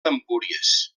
empúries